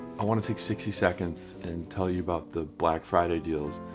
i want to take sixty seconds and tell you about the black friday deals,